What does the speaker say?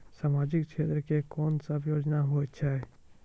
समाजिक क्षेत्र के कोन सब योजना होय छै?